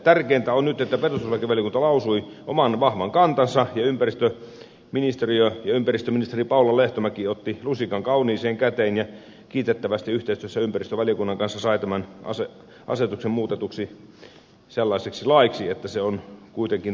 tärkeintä on nyt että perustuslakivaliokunta lausui oman vahvan kantansa ja ympäristöministeriö ja ympäristöministeri paula lehtomäki otti lusikan kauniiseen käteen ja kiitettävästi yhteistyössä ympäristövaliokunnan kanssa sai tämän asetuksen muutetuksi sellaiseksi laiksi että se on kuitenkin toimiva